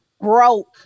broke